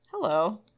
hello